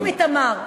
חוץ מתמר.